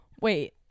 Wait